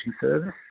Service